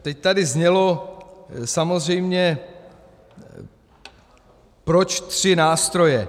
Teď tady znělo samozřejmě, proč tři nástroje.